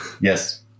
Yes